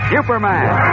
Superman